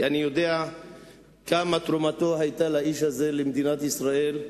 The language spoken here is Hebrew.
כי אני יודע כמה היתה תרומתו של האיש הזה למדינת ישראל,